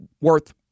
worth